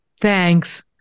Thanks